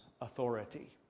authority